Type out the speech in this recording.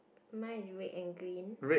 mine is red and green